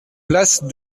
place